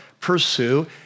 pursue